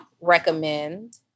recommend